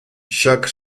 ҫак